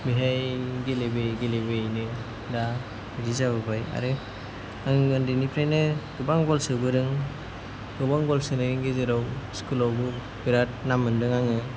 बेहाय गेलेबोयै गेलेबोयैनो दा बिदि जाबोबाय आरो आङो उन्दैनिफ्रायनो गोबां गल सोबोदों गोबां गल सोनायनि गेजेराव स्कुलआवबो बेराद नाम मोन्दों आङो